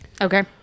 Okay